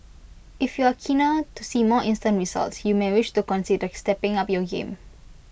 if you're keener to see more instant results you may wish to consider stepping up your game